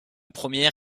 première